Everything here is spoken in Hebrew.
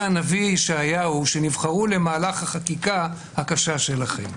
הנביא ישעיהו שנבחרו למהלך החקיקה הקשה שלכם?